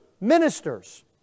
ministers